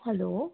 hello